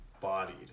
Bodied